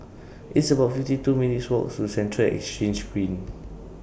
It's about fifty two minutes' Walk to Central Exchange Green